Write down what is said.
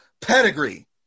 pedigree